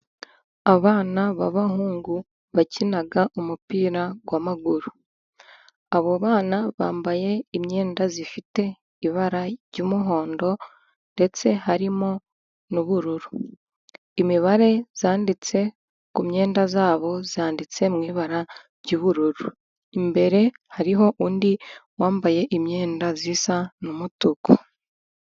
Abana b'abahungu bakina umupira w'amaguru, abo bana bambaye imyenda ifite ibara ry'umuhondo, ndetse harimo n'ubururu imibare yanditse ku myenda yabo yanditse mu ibara ry'ubururu, imbere hariho undi wambaye imyenda isa n'umutuku.